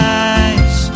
eyes